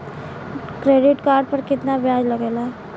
Credit card पर कितना ब्याज लगेला?